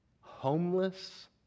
homeless